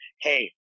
hey